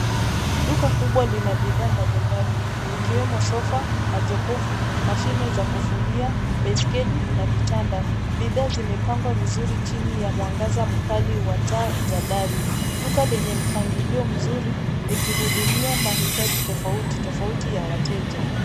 Duka kubwa lina bidhaa mbalimbali zikiwemo sofa, majokofu, mashine za kufulia, baiskeli na vitanda. Bidhaa zimepangwa vizuri chini ya mwangaza mkali wa taa za dari. Duka lenye mpangilio mzuri likihudumia mahitaji tofauti tofauti ya wateja.